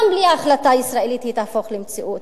גם בלי החלטה ישראלית היא תהפוך למציאות.